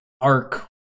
arc